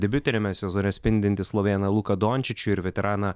debiutiniame sezone spindintį slovėną luką dončičių ir veteraną